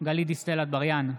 גלית דיסטל אטבריאן,